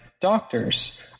doctors